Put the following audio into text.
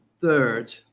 third